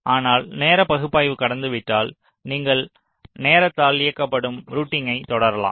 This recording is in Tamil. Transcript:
ஆனால் நேர பகுப்பாய்வு கடந்துவிட்டால் நீங்கள் நேரத்தால் இயக்கப்படும் ரூட்டிங்கை தொடரலாம்